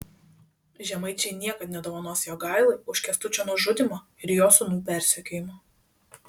žemaičiai niekad nedovanos jogailai už kęstučio nužudymą ir jo sūnų persekiojimą